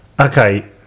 Okay